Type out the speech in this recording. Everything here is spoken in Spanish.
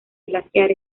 glaciar